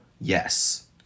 Yes